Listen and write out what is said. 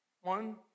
One